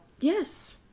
Yes